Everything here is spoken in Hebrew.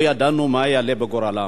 לא ידענו מה יעלה בגורלם.